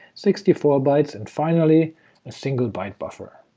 sixty four bytes, and finally a single byte buffer.